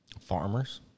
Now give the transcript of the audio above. Farmers